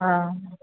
आम्